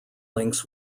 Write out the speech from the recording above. links